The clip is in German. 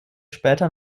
später